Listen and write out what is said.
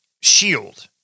shield